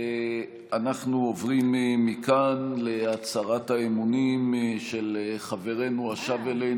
אנחנו עוברים מכאן להצהרת האמונים של חברנו השב אלינו,